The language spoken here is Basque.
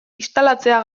instalatzea